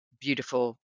beautiful